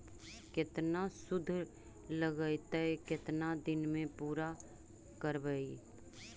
केतना शुद्ध लगतै केतना दिन में पुरा करबैय?